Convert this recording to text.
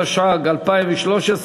התשע"ג 2013,